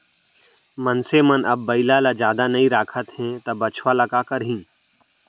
मनसे मन अब बइला ल जादा नइ राखत हें त बछवा ल का करहीं